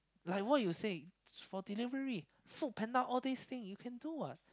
like what you say for delivery Food Panda all these thing you can do what